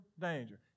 danger